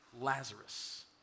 Lazarus